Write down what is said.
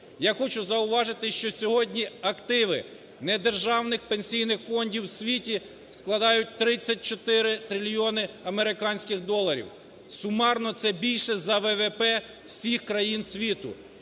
Я хочу зауважити, що сьогодні активи недержавних пенсійних фондів у світі складають 34 трильйони американських доларів, сумарно це більше за ВВП всіх країн світу.